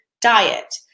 diet